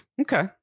Okay